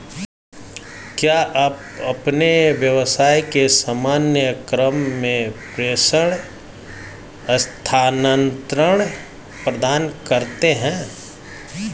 क्या आप अपने व्यवसाय के सामान्य क्रम में प्रेषण स्थानान्तरण प्रदान करते हैं?